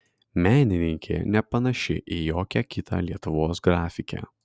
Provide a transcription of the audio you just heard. menininkė nepanaši į jokią kitą lietuvos grafikę